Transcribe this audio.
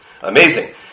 Amazing